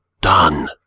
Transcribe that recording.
done